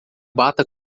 bata